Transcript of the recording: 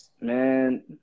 Man